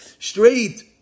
straight